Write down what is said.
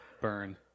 burn